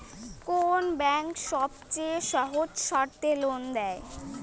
কোন ব্যাংক সবচেয়ে সহজ শর্তে লোন দেয়?